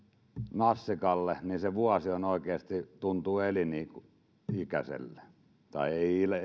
nassikalle vuosi oikeasti tuntuu elinikäiselle tai